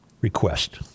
request